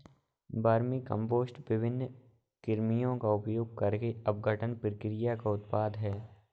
vermicompost विभिन्न कृमियों का उपयोग करके अपघटन प्रक्रिया का उत्पाद है